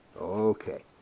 Okay